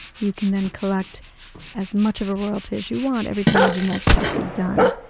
you can then collect as much of a royalty as you want every time a genetic test is done.